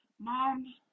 mom